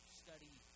study